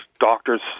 doctors